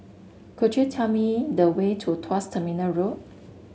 could you tell me the way to Tuas Terminal Road